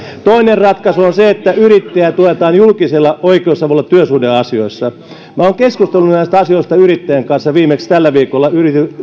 toinen ratkaisu on se että yrittäjiä tuetaan julkisella oikeusavulla työsuhdeasioissa olen keskustellut näistä asioista yrittäjien kanssa viimeksi tällä viikolla